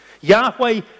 Yahweh